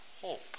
hope